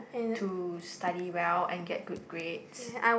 to study well and get good grades